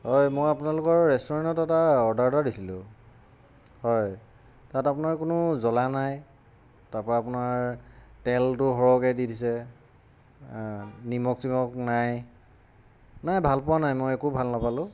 হয় মই আপোনালোকৰ ৰেষ্টুৰেণ্টত এটা অৰ্ডাৰ এটা দিছিলোঁ হয় তাত আপোনাৰ কোনো জ্বলা নাই তাৰপৰা আপোনাৰ তেলটো সৰহকৈ দি দিছে নিমখ চিমক নাই নাই ভাল পোৱা নাই মই একো ভাল নাপালোঁ